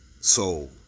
soul